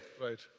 Right